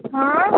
हँ